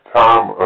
time